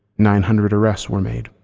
nine hundred arrests were made,